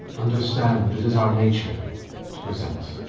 understand that it is our nature to present